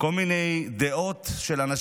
אני שומע בשיח הציבורי כל מיני דעות של אנשים,